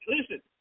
listen